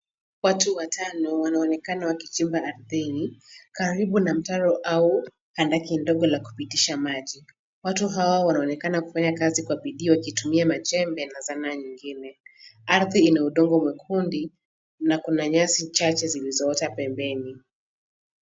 Watu watano wanaonekana kuchimba ardhini, karibu na mtaro au handaki ndogo la kupitisha maji. Watu hao wanaonekana kufanya kazi kwa bidii wakitumia majembe na zana nyingine. Ardhi ina udongo mwekundu na kuna nyasi chache zilizoota pembeni.